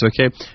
okay